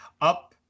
up